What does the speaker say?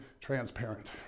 transparent